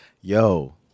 Yo